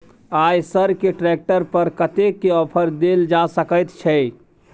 आयसर के ट्रैक्टर पर कतेक के ऑफर देल जा सकेत छै?